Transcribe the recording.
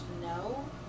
no